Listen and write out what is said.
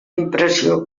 impressió